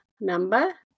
number